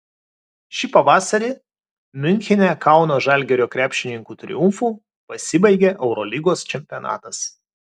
šį pavasarį miunchene kauno žalgirio krepšininkų triumfu pasibaigė eurolygos čempionatas